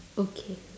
okay